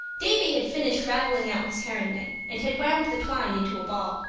davy had finished ravelling out his herring net and had wound the twine into a ball.